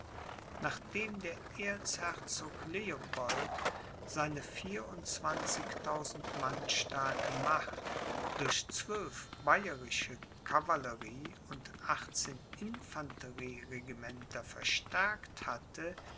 nachdem der erzherzog leopold seine vierundzwanzigtausend mann starke macht durch zwölf bayerische cavallerie und achtzehn infanterie regimenter verstärkt hatte